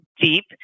deep